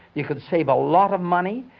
you could save a lot of money,